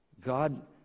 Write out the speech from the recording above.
God